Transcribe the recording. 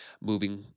moving